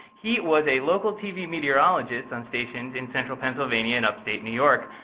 he was a local tv meteorologist on stations in central pennsylvania and upstate new york.